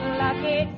lucky